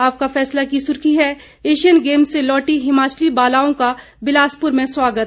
आपका फैसला की सुर्खी है एशियन गेम्स से लौटी हिमालची बालाओं का बिलासपुर में स्वागत